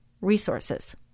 resources